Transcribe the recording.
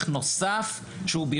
אני לא שותק.